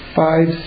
five